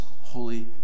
holy